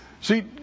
See